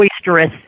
boisterous